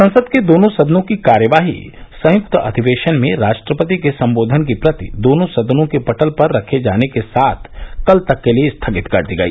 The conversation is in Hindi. संसद के दोनों सदनों की कार्यवाही संयुक्त अधिवेशन में राष्ट्रपति के संबोधन की प्रति दोनों सदनों के पटल पर रखे जाने के साथ कल तक के लिए स्थगित कर दी गई